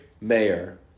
Mayor